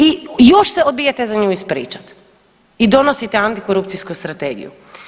I još se odbijate za nju ispričati i donosite antikorupcijsku strategiju.